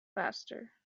faster